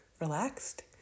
relaxed